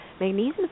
magnesium